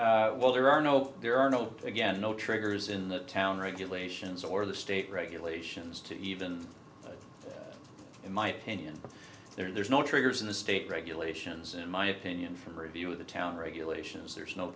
that well there are no there are no again no triggers in the town regulations or the state regulations to even in my opinion there's no triggers in the state regulations in my opinion from review of the town regulations there's no